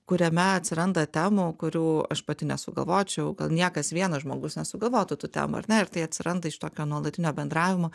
kuriame atsiranda temų kurių aš pati nesugalvočiau gal niekas vienas žmogus nesugalvotų tų temų ar ne ir tai atsiranda iš tokio nuolatinio bendravimo